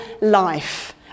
life